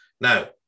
Now